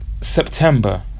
September